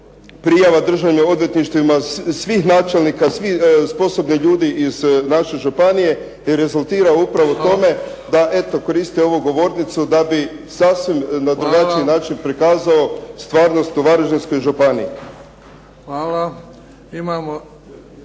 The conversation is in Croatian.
prijava državnim odvjetništvima svih načelnika, svih sposobnih ljudi iz naše županije rezultira upravo tome da eto koriste ovu govornicu da bi na sasvim drugačiji način prikazao stvarnost u Varaždinskoj županiji. **Bebić,